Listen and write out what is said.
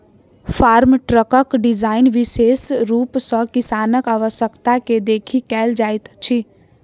farm ट्रकक design विशेष रूप सॅ किसानक आवश्यकता के देखि कयल जाइत अछि